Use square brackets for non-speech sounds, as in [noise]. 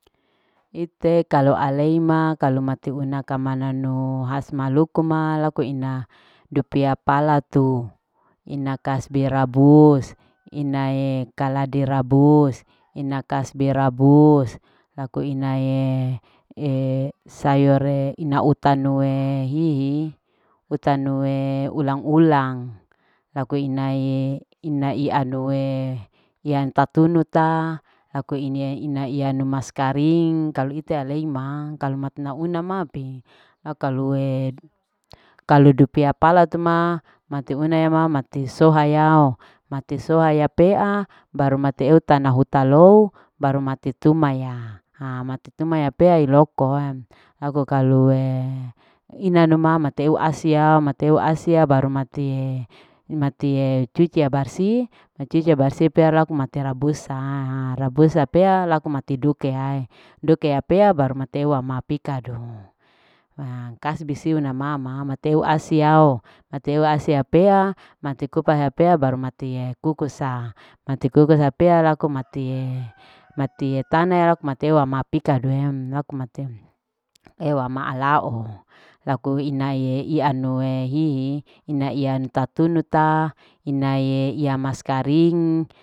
Laku ina sayure ruja manta mama aleima kalue [hesitation] kalu mate u unae makanan malukuma ma mama kalu alaie pokurang apa yang pentinge kamana nu kahatu ma kaluite alai laku inanu weidu we sinari laku ina iya tatunuta laku iya mas karing ma mamanta ma kaluee inaee hisiu inaee utanue hihi heiye gudanga mama aleima pas laku inae niko ina kaladi laku ina kasbi kalu niko laku inae dupia pala tu ma laku niko iyan ina mas karinge laku inae pala utanu rujak manta nikome sayor ulang. ulang nikome.